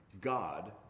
God